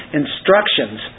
instructions